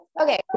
Okay